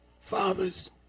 Fathers